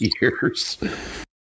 years